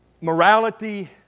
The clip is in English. Morality